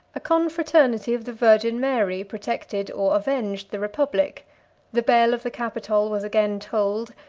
a confraternity of the virgin mary protected or avenged the republic the bell of the capitol was again tolled,